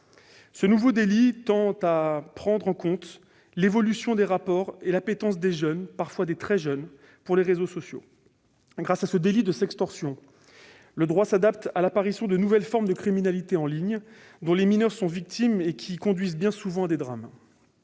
Ce nouveau délit tend à prendre en compte l'évolution des rapports et l'appétence des jeunes, parfois des très jeunes, pour les réseaux sociaux. Grâce à ce délit de « sextorsion », le droit s'adapte à l'apparition de nouvelles formes de criminalité en ligne dont les mineurs sont victimes et qui conduisent bien souvent à des drames.